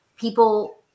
People